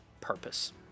purpose